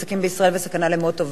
עובר לוועדת העבודה והרווחה.